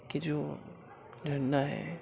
کہ جو جھرنا ہے